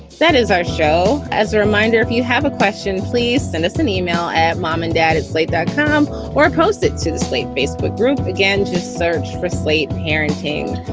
that is our show. as a reminder, if you have a question, please send us an email at mom and dad. it's late dot com or post it to the slate facebook group again. just search for slate parenting.